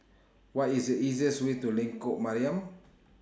What IS The easiest Way to Lengkok Mariam